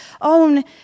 own